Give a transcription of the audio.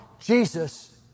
Jesus